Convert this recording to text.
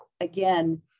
again